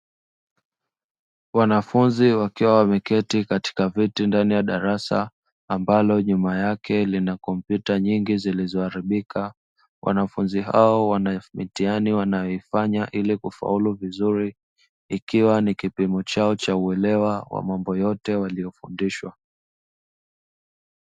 Wanafunzi wakiwa wameketi katika viti ndani ya darasa ambalo nyuma yake lina kompyuta nyingi zilizo haribika, wanafunzi hao wana mitihani wanayoifanya ili kufaulu vizuri ikiwa ni kipimo chao cha uelewa wa mambo yote waliyofundishwa.